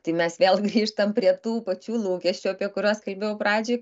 tai mes vėl grįžtam prie tų pačių lūkesčių apie kuriuos kalbėjau pradžioj